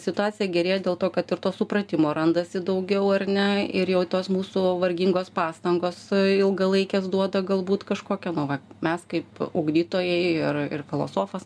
situacija gerėja dėl to kad ir to supratimo randasi daugiau ar ne ir jau tos mūsų vargingos pastangos ilgalaikės duoda galbūt kažkokią nu va mes kaip ugdytojai ir ir filosofas